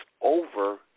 over